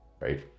right